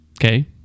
Okay